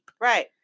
Right